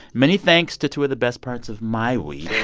many thanks to two of the best parts of my week,